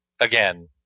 again